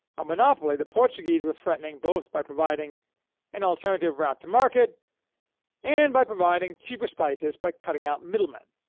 a monopoly the portuguese were threatening both by providing an alternative route to market and by providing cheaper spices by cutting out middlemen.